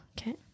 okay